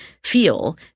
feel